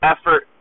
effort